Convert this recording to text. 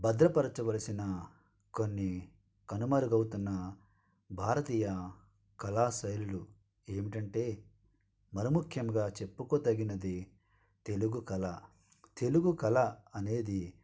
భద్రపరచవలసిన కొన్ని కనుమరుగవుతున్న భారతీయ కళా శైలులు ఏమిటంటే మల ముఖ్యంగా చెప్పుకో తగినది తెలుగు కళ తెలుగు కళ అనేది